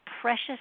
precious